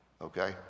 Okay